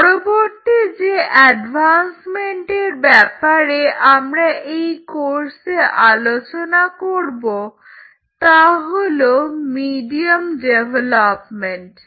পরবর্তী যে এডভান্সমেন্টের ব্যাপারে আমরা এই কোর্সে আলোচনা করব তা হলো মিডিয়াম ডেভেলপমেন্ট